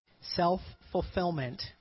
self-fulfillment